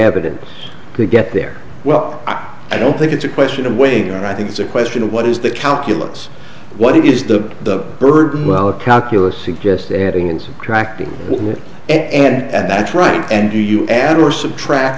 evidence get there well i don't think it's a question of waiting or i think it's a question of what is the calculus what is the bird calculus suggest adding and subtracting with it and that's right and you add or subtract